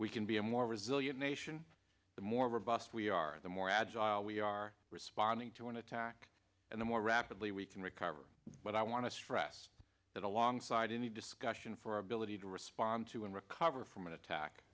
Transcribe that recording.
we can be a more resilient nation the more robust we are the more agile we are responding to an attack and the more rapidly we can recover but i want to stress that alongside any discussion for our ability to respond to and recover from an attack